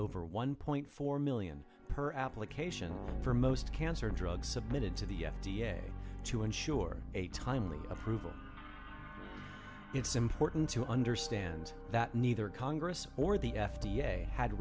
over one point four million per application for most cancer drugs submitted to the f d a to ensure a timely approval it's important to understand that neither congress or the f d a had